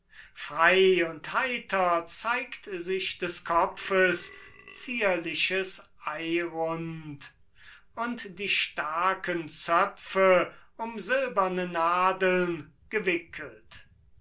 frei und heiter zeigt sich des kopfes zierliches eirund und die starken zöpfe um silberne nadeln gewickelt